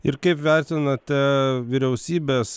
ir kaip vertinate vyriausybės